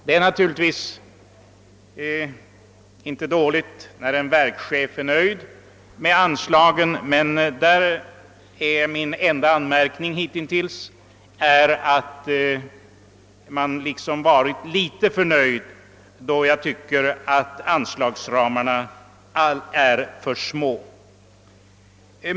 — Det är naturligtvis inte dåligt när en verkschef är nöjd med anslagen, men min enda anmärkning därvidlag är hittills att han varit litet för nöjd, då jag tycker att anslagsramarna är alltför snäva.